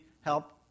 help